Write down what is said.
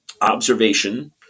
observation